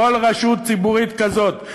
כל רשות ציבורית כזאת,